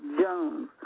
Jones